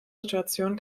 situation